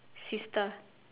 sister